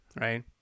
right